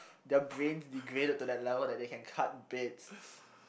their brains degraded to that level that they can cut beds